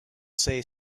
say